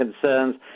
concerns